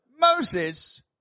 Moses